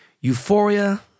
Euphoria